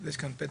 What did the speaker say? יש כאן פתח.